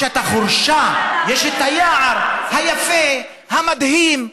יש את החורשה, יש את היער היפה, המדהים.